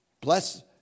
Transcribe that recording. Bless